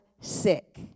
sick